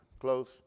Close